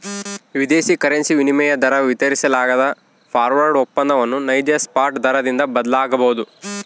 ವಿದೇಶಿ ಕರೆನ್ಸಿ ವಿನಿಮಯ ದರ ವಿತರಿಸಲಾಗದ ಫಾರ್ವರ್ಡ್ ಒಪ್ಪಂದವನ್ನು ನೈಜ ಸ್ಪಾಟ್ ದರದಿಂದ ಬದಲಾಗಬೊದು